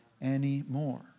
anymore